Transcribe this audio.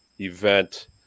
event